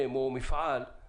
אומר שלא